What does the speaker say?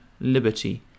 liberty